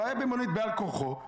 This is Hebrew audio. הוא היה במלונית בעל כורחו.